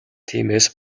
тиймээс